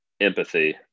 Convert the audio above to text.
empathy